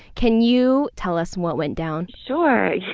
can you tell us what went down? sure,